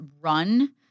run